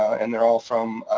and they're all from.